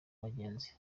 abagenzi